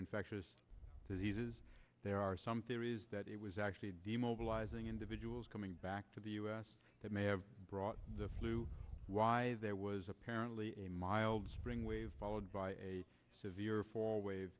infectious diseases there are some theories that it was actually demobilizing individuals coming back to the us that may have brought the flu why there was apparently a mild spring wave followed by a severe four wave